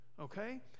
okay